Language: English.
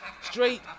straight